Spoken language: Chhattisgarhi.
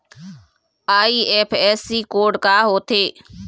आई.एफ.एस.सी कोड का होथे?